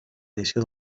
edició